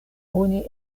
oni